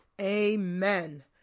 Amen